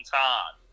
time